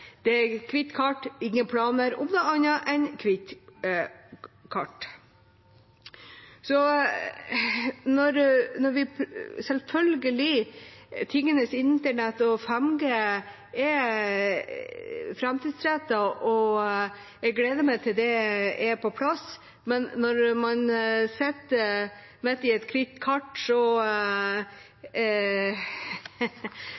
Det var hvitt kart og ingen planer om noe annet enn hvitt kart. Selvfølgelig er tingenes internett og 5G framtidsrettet, og jeg gleder meg til det er på plass, men når man sitter midt i et hvitt kart, haster det veldig å få til den utbyggingen vi så